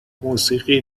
موسیقی